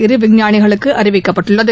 இரு விஞ்ஞானிகளுக்கு அறிவிக்கப்பட்டுள்ளது